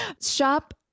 Shop